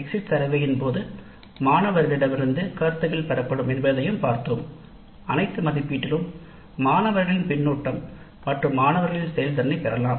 exit சர்வேயின் போது மாணவர்களிடம் இருந்து கருத்துக்கள் பெறப்படும் என்பதையும் பார்த்தோம் அனைத்து மதிப்பீட்டிலும் மாணவர்களின் கருத்து மற்றும் மாணவர்களின் செயல்திறனைப் பெறலாம்